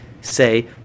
say